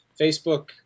Facebook